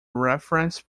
reference